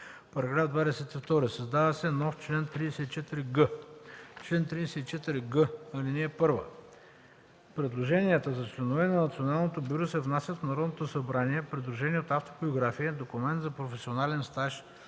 § 22: „§ 22. Създава се нов чл. 34г: „Чл. 34г. (1) Предложенията за членове на Националното бюро се внасят в Народното събрание, придружени от автобиография, документ за професионален стаж,